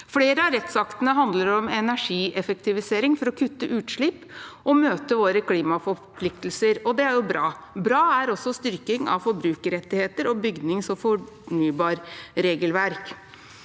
Flere av rettsaktene handler om energieffektivisering for å kutte utslipp og møte våre klimaforpliktelser, og det er bra. Bra er også styrking av forbrukerrettigheter og bygnings- og fornybarregelverk.